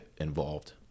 involved